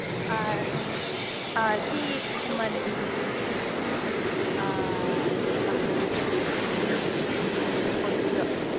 ꯁꯤ ꯈꯨꯃꯟ ꯀꯥꯡꯄꯣꯛꯄꯤ ꯗꯤꯁꯇ꯭ꯔꯤꯛꯀꯤ ꯑꯣꯏꯒꯗꯣꯏꯔꯣ